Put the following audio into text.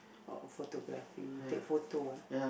oh photography take photo ah